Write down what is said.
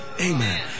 Amen